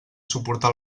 suportar